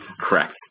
Correct